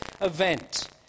event